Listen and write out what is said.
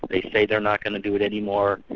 they say they're not going to do it any more,